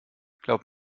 glaub